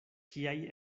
kiaj